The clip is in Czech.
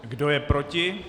Kdo je proti?